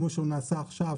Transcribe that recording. כמו שהוא נעשה עכשיו,